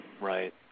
Right